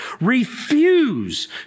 Refuse